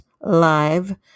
live